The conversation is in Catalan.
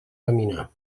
caminar